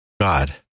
God